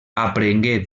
aprengué